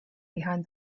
behind